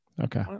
Okay